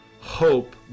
hope